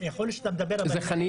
יכול להיות שאתה מדבר על -- זה חנייה.